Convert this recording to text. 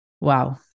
Wow